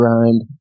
grind